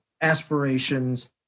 aspirations